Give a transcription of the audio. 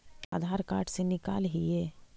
आधार card से निकाल हिऐ?